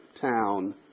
town